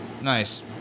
Nice